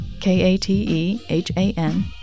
K-A-T-E-H-A-N